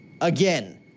Again